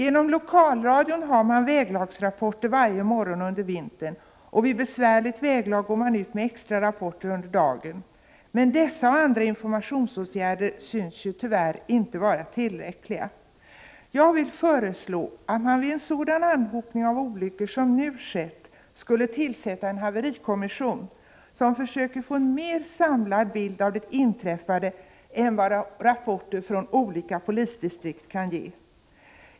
I lokalradion ges väglagsrapporter varje morgon under vintern. Vid besvärligt väglag går man ut med extra rapporter under dagen. Men dessa och andra informationsåtgärder synes tyvärr inte vara tillräckliga. Jag föreslår att man vid en sådan anhopning av olyckor som nu skett skall tillsätta en haverikommission, som försöker få en mer samlad bild av det inträffade än vad rapporter från olika polisdistrikt kan ge.